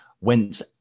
went